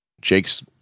Jake's